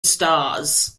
stars